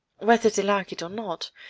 whether they like it or not,